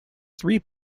three